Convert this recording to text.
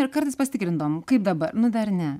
ir kartais pasitikrindavom kaip dabar nu dar ne